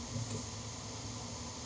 okay